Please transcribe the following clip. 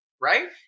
right